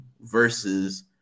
versus